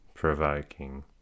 Provoking